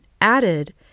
added